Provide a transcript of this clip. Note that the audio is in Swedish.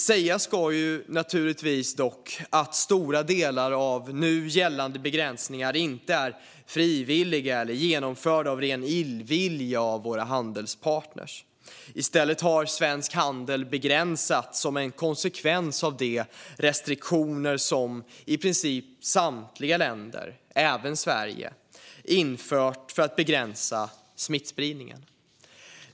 Sägas ska dock naturligtvis att stora delar av nu gällande begränsningar inte är frivilliga eller genomförda av ren illvilja från våra handelspartner. I stället har svensk handel begränsats som en konsekvens av de restriktioner som i princip samtliga länder, även Sverige, infört för att begränsa smittspridningen.